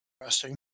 interesting